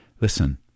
Listen